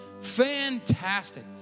Fantastic